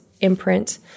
imprint